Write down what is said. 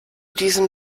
diesem